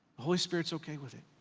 holy spirit's okay with it.